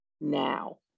now